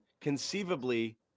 conceivably